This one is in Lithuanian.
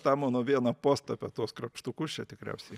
tą mano vieną postą apie tuos krapštukus čia tikriausiai